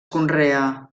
conrea